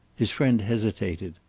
his friend hesitated.